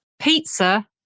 Pizza